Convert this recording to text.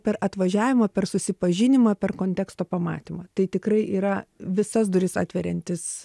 per atvažiavimą per susipažinimą per konteksto pamatymą tai tikrai yra visas duris atveriantis